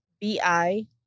b-i